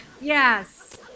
Yes